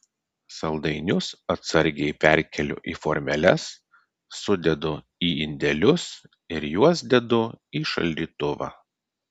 saldainius atsargiai perkeliu į formeles sudedu į indelius ir juos dedu į šaldytuvą